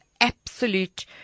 absolute